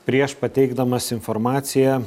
prieš pateikdamas informaciją